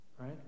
right